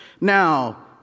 Now